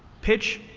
pitch,